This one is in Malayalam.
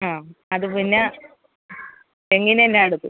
അ അത് പിന്നെ തെങ്ങിന് എന്നായെടുക്കും